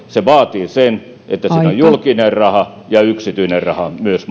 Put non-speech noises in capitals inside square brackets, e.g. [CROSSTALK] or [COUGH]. vaatii sen että siinä on julkinen raha ja yksityinen raha myös [UNINTELLIGIBLE]